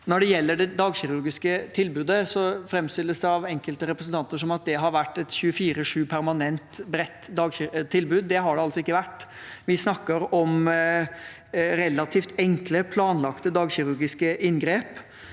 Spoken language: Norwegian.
det dagkirurgiske tilbudet, framstilles det av enkelte representanter som at det har vært et 27-4 permanent, bredt tilbud. Det har det altså ikke vært. Vi snakker om relativt enkle, planlagte dagkirurgiske inngrep